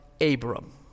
Abram